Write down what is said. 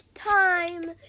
Time